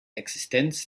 existenz